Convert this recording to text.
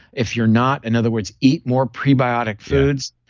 if you're not, in other words, eat more prebiotic foods.